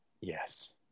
yes